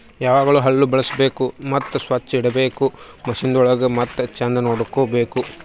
ಯಾವಾಗ್ಲೂ ಹಳ್ಳು ಬಳುಸ್ಬೇಕು ಮತ್ತ ಸೊಚ್ಚ್ ಇಡಬೇಕು ಮಷೀನಗೊಳಿಗ್ ಮತ್ತ ಚಂದ್ ನೋಡ್ಕೋ ಬೇಕು